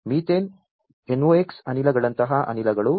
methane NOx ಅನಿಲಗಳಂತಹ ಅನಿಲಗಳು